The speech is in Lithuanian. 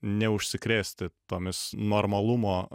neužsikrėsti tomis normalumo